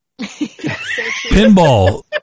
pinball